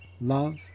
love